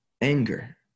anger